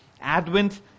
Advent